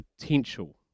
potential